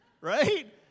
right